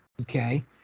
okay